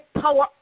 power